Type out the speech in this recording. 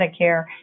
Medicare